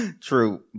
True